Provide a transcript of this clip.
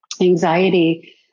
anxiety